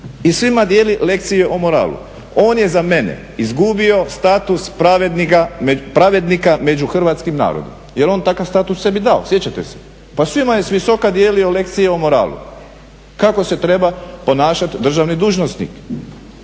i svima dijeli lekcije o moralu. On je za mene izgubio status pravednika među hrvatskim narodom, jer je on takav status sebi dao. Sjećate se? Pa svima je s visoka dijelio lekcije o moralu kako se treba ponašati državni dužnosnik.